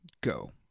Go